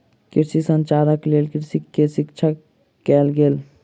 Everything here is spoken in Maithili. कृषि संचारक लेल कृषक के शिक्षित कयल गेल